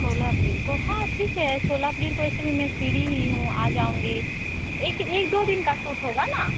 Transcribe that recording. सोलह अप्रैल को हाँ ठीक है सोलह अप्रैल को ऐसे भी मैं फ्री ही हूँ आ जाऊँगी एक ही एक दो दिन का सूट होगा ना